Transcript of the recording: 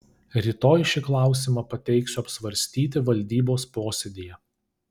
rytoj šį klausimą pateiksiu apsvarstyti valdybos posėdyje